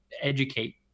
educate